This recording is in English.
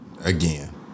Again